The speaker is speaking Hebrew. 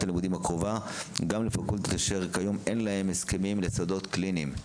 הלימודים הקרובה גם לפקולטות אשר כיום אין להן הסכמים לשדות קליניים,